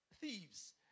thieves